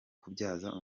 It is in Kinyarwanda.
kubyaza